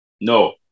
No